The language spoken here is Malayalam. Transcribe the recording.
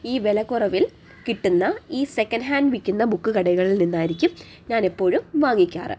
ഈ വിലക്കുറവിൽ കിട്ടുന്ന ഈ സെക്കൻഡ് ഹാൻഡ് വിൽക്കുന്ന ബുക്ക് കടകളിൽ നിന്നായിരിക്കും ഞാൻ എപ്പോഴും വാങ്ങിക്കാറ്